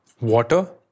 water